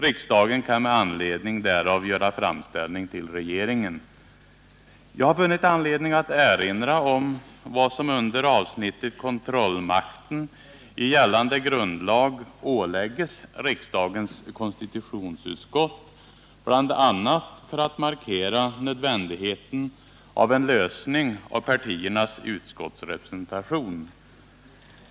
Riksdagen kan med anledning därav göra framställning till regeringen.” Jag har funnit anledning att erinra om vad som i kapitlet Kontrollmakten i gällande grundlag åläggs riksdagens konstitutionsutskott, bl.a. för att markera nödvändigheten av en lösning av frågan om partiernas utskottsrepresentation.